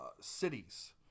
cities